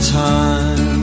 time